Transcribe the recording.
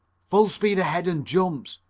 full speed ahead and jumps,